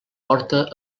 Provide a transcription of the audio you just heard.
porta